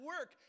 work